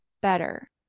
better